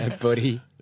Buddy